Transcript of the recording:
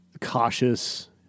cautious